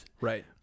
Right